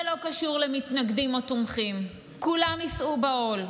זה לא קשור למתנגדים או תומכים, כולם יישאו בעול.